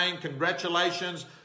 congratulations